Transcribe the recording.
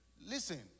Listen